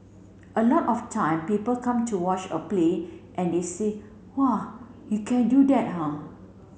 a lot of time people come to watch a play and they say whoa you can do that ah